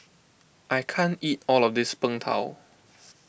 I can't eat all of this Png Tao